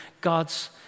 God's